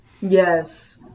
Yes